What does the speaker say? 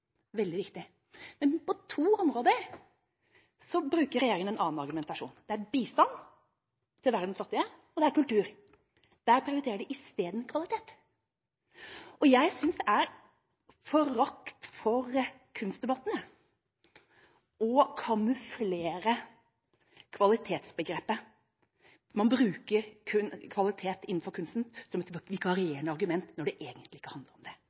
veldig viktig! Men på to områder bruker regjeringa en annen argumentasjon – det er bistand til verdens fattige, og det er kultur. Der prioriterer de i stedet kvalitet, og jeg synes det er forakt for kunstdebatten å kamuflere kvalitetsbegrepet. Man bruker kun kvalitet innenfor kunsten som et vikarierende argument, når det egentlig ikke handler om det.